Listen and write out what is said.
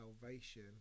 salvation